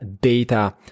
data